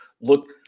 look